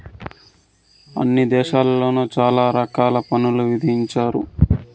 అన్ని దేశాల్లోను చాలా రకాల పన్నులు విధించారు